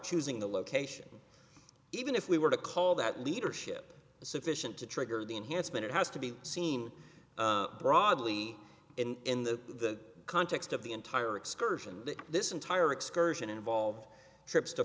choosing the location even if we were to call that leadership sufficient to trigger the enhancement it has to be seem broadly in the context of the entire excursion this entire excursion involved trips to